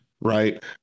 Right